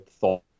thought